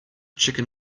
chicken